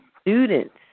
students